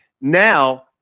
Now